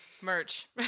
Merch